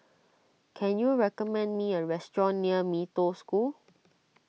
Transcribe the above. can you recommend me a restaurant near Mee Toh School